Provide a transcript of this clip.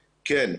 כן.